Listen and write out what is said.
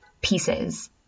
pieces